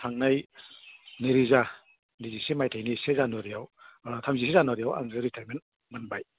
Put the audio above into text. थांनाय नैरोजा नैजिसे मायथाइनि से जानुवारियाव थामजिसे जानुवारियाव आङो रिटायरमेन्ट मोनबाय